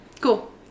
Cool